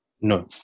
No